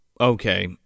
Okay